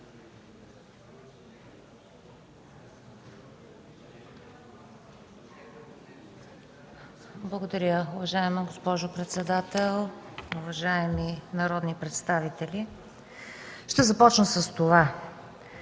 Благодаря, уважаема госпожо председател. Уважаеми колеги народни представители, ще започна със